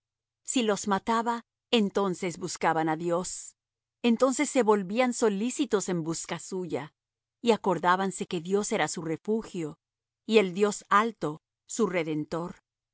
si los mataba entonces buscaban á dios entonces se volvían solícitos en busca suya y acordábanse que dios era su refugio y el dios alto su redentor